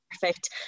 perfect